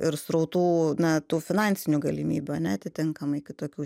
ir srautų na tų finansinių galimybių ane atitinkamai kitokių